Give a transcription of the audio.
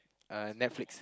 uh Netflix